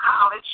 college